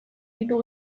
ditu